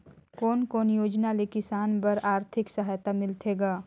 कोन कोन योजना ले किसान बर आरथिक सहायता मिलथे ग?